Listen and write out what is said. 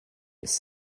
its